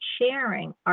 sharing